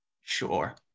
Sure